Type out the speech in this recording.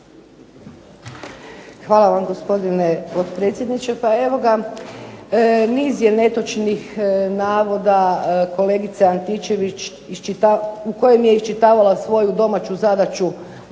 Hvala vam gospodine potpredsjedniče. Pa evo ga niz je netočnih navoda kolegica Antičević, u kojem je iščitavala svoju domaću zadaću